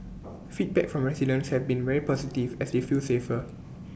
feedback from residents have been very positive as they feel safer